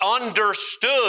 understood